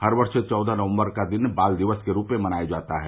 हर वर्ष चौदह नवम्बर का दिन बाल दिवस के रूप में मनाया जाता है